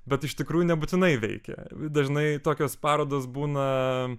bet iš tikrųjų nebūtinai veikia dažnai tokios parodos būna